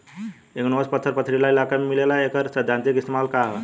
Igneous पत्थर पथरीली इलाका में मिलेला लेकिन एकर सैद्धांतिक इस्तेमाल का ह?